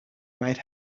might